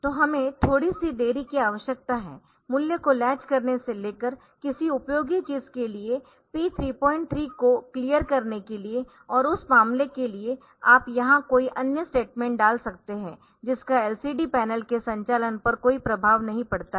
तो हमें थोड़ी सी देरी की आवश्यकता है मूल्य को लैच करने से लेकर किसी उपयोगी चीज के लिएP 33 को क्लियर करने के लिए और उस मामले के लिए आप यहां कोई अन्य स्टेटमेंट डाल सकते है जिसका LCD पैनल के संचालन पर कोई प्रभाव नहीं पड़ता है